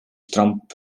trump